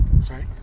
Sorry